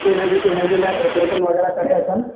इन जे इन जे लाइ प्रिपरेशन वग़ैरह करे अचनि